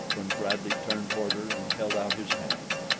when bradley turned toward her and held out his hand.